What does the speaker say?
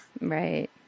Right